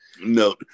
No